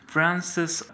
Francis